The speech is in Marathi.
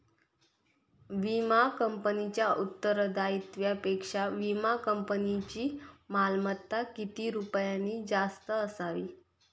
विमा कंपनीच्या उत्तरदायित्वापेक्षा विमा कंपनीची मालमत्ता किती रुपयांनी जास्त असावी?